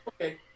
okay